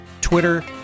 Twitter